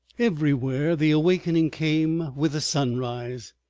everywhere the awakening came with the sunrise.